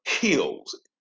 heals